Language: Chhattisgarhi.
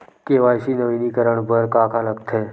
के.वाई.सी नवीनीकरण बर का का लगथे?